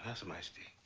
ah some iced tea.